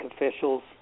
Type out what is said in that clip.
officials